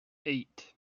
eight